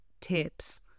tips